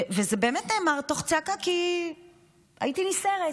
זה באמת נאמר תוך צעקה, כי הייתי נסערת.